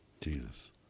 Jesus